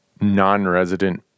non-resident